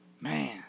Man